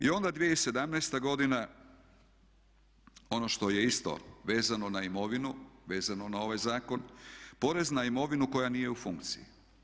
I onda 2017.godina, ono što je isto vezano na imovinu, vezano na ovaj zakon porez na imovinu koja nije u funkciji.